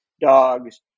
dogs